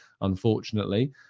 unfortunately